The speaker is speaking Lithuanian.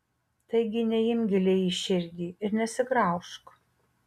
taigi neimk giliai į širdį ir nesigraužk